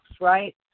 right